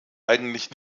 eigentlich